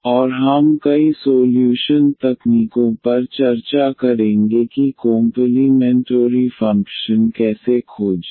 और हम कई सोल्यूशन तकनीकों पर चर्चा करेंगे कि कोंपलीमेंटोरी फ़ंक्शन कैसे खोजें